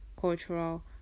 cultural